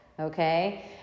Okay